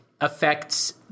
affects